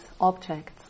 objects